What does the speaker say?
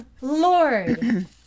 Lord